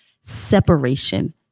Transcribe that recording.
separation